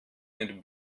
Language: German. mit